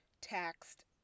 taxed